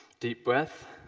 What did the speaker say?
deep breath.